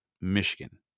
Michigan